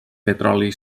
petroli